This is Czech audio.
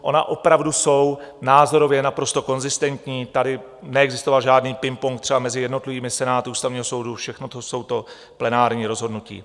Ona opravdu jsou názorově naprosto konzistentní, tady neexistoval žádný pingpong třeba mezi jednotlivými senáty Ústavního soudu, všechno jsou to plenární rozhodnutí.